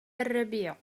الربيع